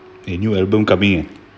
a new album coming ah